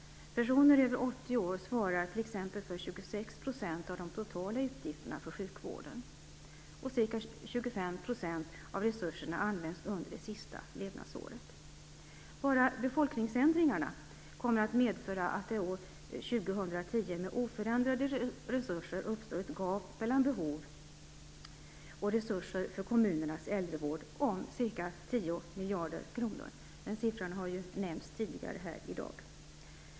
Personer över 80 år svarar t.ex. för 26 % av de totala utgifterna för sjukvården. Ca 25 % av resurserna används under det sista levnadsåret. Bara befolkningsförändringarna kommer att medföra att det år 2010 med oförändrade resurser uppstår ett gap mellan behov och resurser för kommunernas äldrevård om ca 10 miljarder kronor. Den summan har nämnts tidigare här i dag.